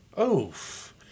Oof